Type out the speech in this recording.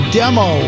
demo